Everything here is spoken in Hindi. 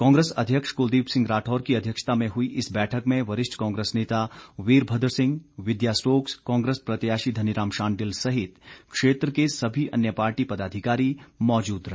कांग्रेस अध्यक्ष कुलदीप सिंह राठौर की अध्यक्षता में हुई इस बैठक में वरिष्ठ कांग्रेस नेता वीरभद्र सिह विद्या स्टोक्स कांग्रेस प्रत्याशी धनीराम शांडिल सहित क्षेत्र के सभी अन्य पार्टी पदाधिकारी मौजूद रहे